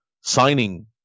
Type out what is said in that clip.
signing